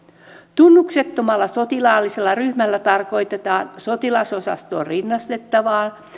tunnuksettomalla sotilaallisella ryhmällä tarkoitetaan sotilasosastoon rinnastettavaa